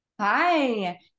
Hi